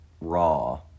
Raw